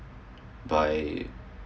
by